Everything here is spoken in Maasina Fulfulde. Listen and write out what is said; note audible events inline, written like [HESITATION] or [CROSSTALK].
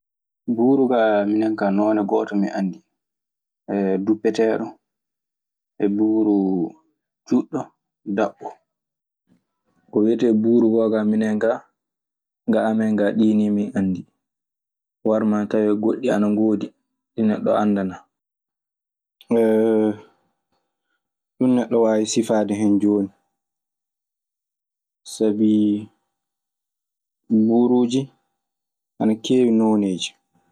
Mburu kaa none ngoto min andi, [HESITATION] dupeteɗo, e mburu juɗo daɓo. Ko wiyetee buuru koo kaa minen kaa ga amen gaa ɗii nii min anndi. Warmaa ana tawee goɗɗi ana ngoodi ɗi neɗɗo anndanaa. [HESITATION] ɗum neɗɗo waawi sifaade hen jooni sabi buruji ina keewi noneeji.